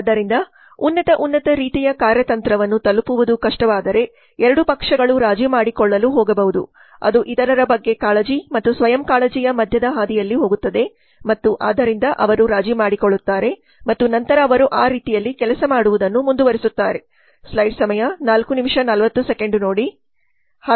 ಆದರೆ ಉನ್ನತ ಉನ್ನತ ರೀತಿಯ ಕಾರ್ಯತಂತ್ರವನ್ನು ತಲುಪುವುದು ಕಷ್ಟವಾದರೆ 2 ಪಕ್ಷಗಳು ರಾಜಿ ಮಾಡಿಕೊಳ್ಳಲು ಹೋಗಬಹುದು ಅದು ಇತರರ ಬಗ್ಗೆ ಕಾಳಜಿ ಮತ್ತು ಸ್ವಯಂ ಕಾಳಜಿಯ ಮಧ್ಯದ ಹಾದಿಯಲ್ಲಿ ಹೋಗುತ್ತದೆ ಮತ್ತು ಆದ್ದರಿಂದ ಅವರು ರಾಜಿ ಮಾಡಿಕೊಳ್ಳುತ್ತಾರೆ ಮತ್ತು ನಂತರ ಅವರು ಆ ರೀತಿಯಲ್ಲಿ ಕೆಲಸ ಮಾಡುವುದನ್ನು ಮುಂದುವರಿಸುತ್ತಾರೆ